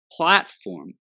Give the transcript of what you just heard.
platform